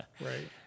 right